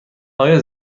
آیا